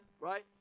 right